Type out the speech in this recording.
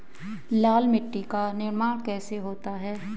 लाल मिट्टी का निर्माण कैसे होता है?